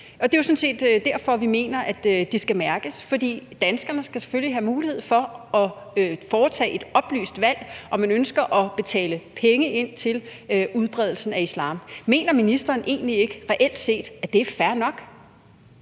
Det er jo sådan set derfor, vi mener, at det skal mærkes. For danskerne skal selvfølgelig have mulighed for at foretage et oplyst valg, om man ønsker at betale penge til udbredelsen af islam. Mener ministeren egentlig ikke reelt set, at det er fair nok?